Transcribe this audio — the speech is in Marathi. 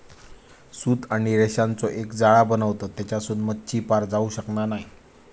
सूत आणि रेशांचो एक जाळा बनवतत तेच्यासून मच्छी पार जाऊ शकना नाय